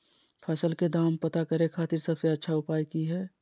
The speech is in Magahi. फसल के दाम पता करे खातिर सबसे अच्छा उपाय की हय?